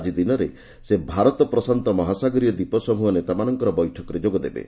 ଆକି ଦିନରେ ସେ ଭାରତ ପ୍ରଶାନ୍ତ ମହାସାଗରୀୟ ଦୀପ ସମ୍ବହ ନେତାମାନଙ୍କର ବୈଠକରେ ଯୋଗଦେବେ